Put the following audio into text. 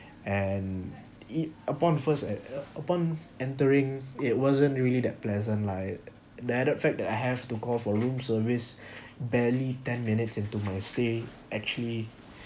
and it upon first uh upon entering it wasn't really that pleasant lah the added fact that I have to call for room service barely ten minutes into my stay actually